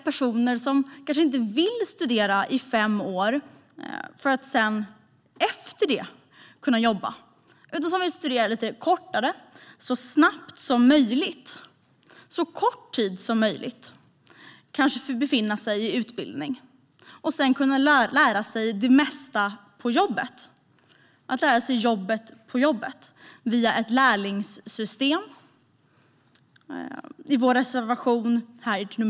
Personer som inte vill studera i fem år för att därefter kunna jobba, utan som vill studera så kort tid som möjligt, ska kunna befinna sig i utbildning så kort tid som möjligt och sedan lära sig det mesta på jobbet - att lära sig jobbet på jobbet - via ett lärlingssystem eller på en yrkeshögskoleutbildning.